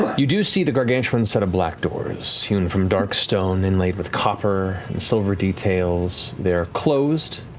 you do see the gargantuan set of black doors, hewn from dark stone, inlaid with copper and silver details. they're closed,